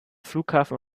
flughafen